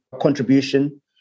contribution